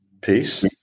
peace